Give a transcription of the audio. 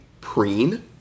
preen